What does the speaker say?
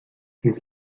his